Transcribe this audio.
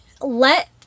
let